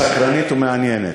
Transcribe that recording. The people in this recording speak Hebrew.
סקרנית ומעניינת.